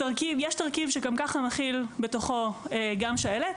יש תרכיב שגם כך מכיל בתוכו גם שעלת.